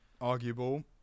arguable